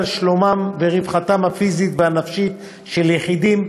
שלומם ורווחתם הפיזית והנפשית של יחידים,